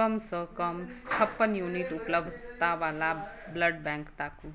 कमसँ कम छप्पन यूनिट उपलब्धतावला ब्लड बैँक ताकू